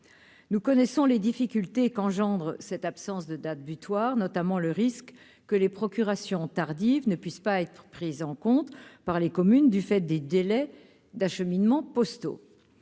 nous connaissons les difficultés qu'engendre cette absence de date butoir, notamment le risque que les procurations tardive ne puisse pas être pris en compte par les communes du fait des délais d'acheminement postaux,